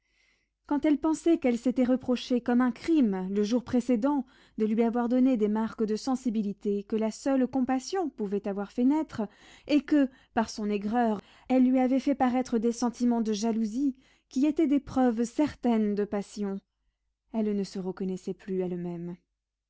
quand elle pensait qu'elle s'était reproché comme un crime le jour précédent de lui avoir donné des marques de sensibilité que la seule compassion pouvait avoir fait naître et que par son aigreur elle lui avait fait paraître des sentiments de jalousie qui étaient des preuves certaines de passion elle ne se reconnaissait plus elle-même